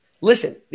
listen